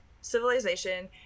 civilization